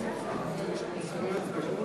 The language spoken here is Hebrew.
חברי הכנסת,